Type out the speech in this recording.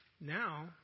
Now